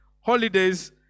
holidays